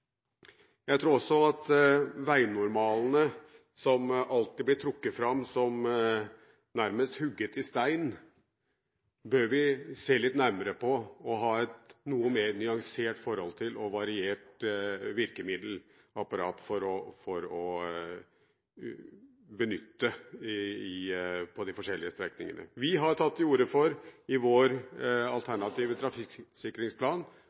Jeg tror også at vi bør se litt nærmere på veinormalene – som alltid blir trukket fram som nærmest hugget i stein – ha et noe mer nyansert forhold til dem, og ha et variert virkemiddelapparat som man kan benytte på de forskjellige strekningene. Vi har i vår alternative trafikksikringsplan tatt til orde for